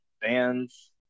bands